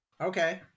Okay